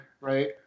right